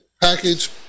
package